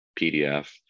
PDF